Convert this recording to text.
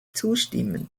zustimmen